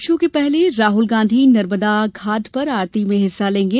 road show के पहले राहुल नर्मदा घाट पर आरती में हिस्सा लेंगे